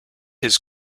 his